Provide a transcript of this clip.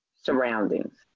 surroundings